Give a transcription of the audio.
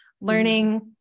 learning-